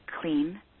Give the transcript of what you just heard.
clean